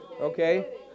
Okay